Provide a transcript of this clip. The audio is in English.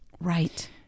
Right